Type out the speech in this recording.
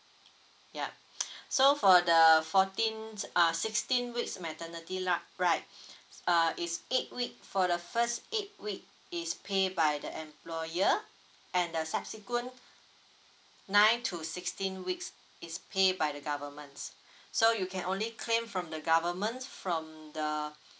yup so for the fourteen uh sixteen weeks maternity lu~ right uh is eight week for the first eight week is pay by the employer and the subsequent nine to sixteen weeks it's pay by the government so you can only claim from the government from the